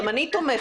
גם אני תומכת,